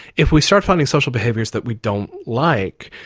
if we start finding social behaviours that we don't like,